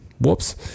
Whoops